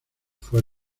fue